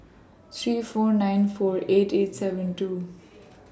three four nine four eight eight seven two